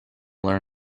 learn